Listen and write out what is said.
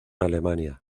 alemania